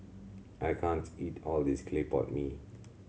I can't eat all of this clay pot mee